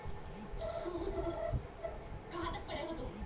बीमा क पैसा कहाँ जमा होई?